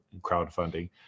crowdfunding